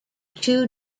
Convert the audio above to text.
two